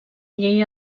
llei